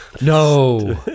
No